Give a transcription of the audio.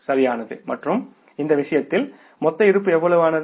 சரியானது மற்றும் இந்த விஷயத்தில் மொத்த இருப்பு எவ்வளவு ஆனது